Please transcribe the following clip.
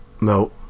no